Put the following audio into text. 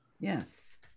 Yes